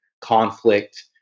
conflict